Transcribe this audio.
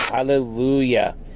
hallelujah